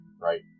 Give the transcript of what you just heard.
right